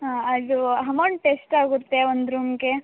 ಹಾಂ ಅದು ಹಮೌಂಟ್ ಎಷ್ಟು ಆಗುತ್ತೆ ಒಂದು ರೂಮ್ಗೆ